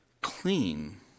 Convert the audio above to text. clean